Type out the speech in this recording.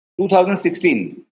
2016